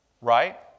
Right